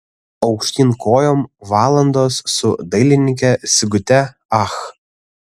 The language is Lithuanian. aukštyn kojom valandos su dailininke sigute ach